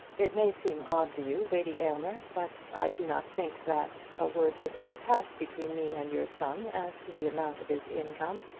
it may seem odd to you, lady aylmer, but i do not think that a word has ever passed between me and your son as to the amount of his income.